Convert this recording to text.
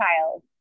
child